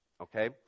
Okay